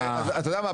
אתה יודע מה?